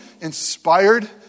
inspired